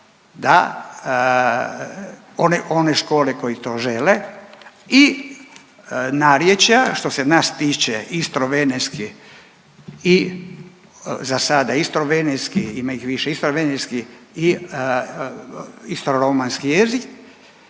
da one škole koje to žele i narječja, što se nas stiče istro venetski i za sada istro venetski, ima ih više, istro venetski i istro romanski jezi,